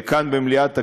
כאן במליאת הכנסת,